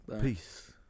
Peace